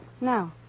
No